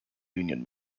union